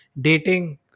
dating